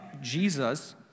Jesus